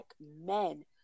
men